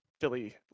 Philly